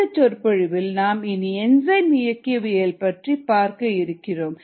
இந்த சொற்பொழிவில் நாம் இனி என்சைம் இயக்கவியல் பற்றி பார்க்க இருக்கிறோம்